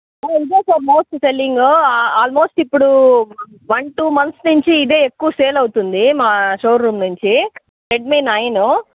ఇదే sir most selling uh almost ఇప్పుడు one two months నుంచి ఇదే ఎక్కువ సేల్ అవుతుంది మా షోరూమ్ నుంచి రెడ్మీ నైను